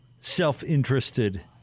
self-interested